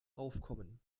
aufkommen